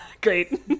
Great